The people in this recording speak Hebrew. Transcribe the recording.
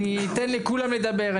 אני אתן לכולם לדבר,